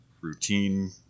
routine